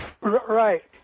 Right